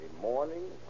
morning